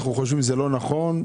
חושבים שזה לא נכון.